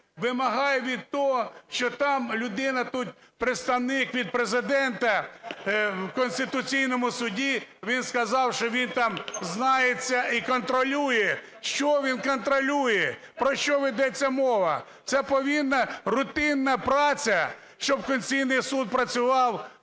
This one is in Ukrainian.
вимагає від того, що там людина… тут представник від Президента в Конституційному Суді, він сказав, що він там знається і контролює. Що він контролює? Про що ведеться мова? Це повинна рутинна праця, щоб Конституційний Суд працював,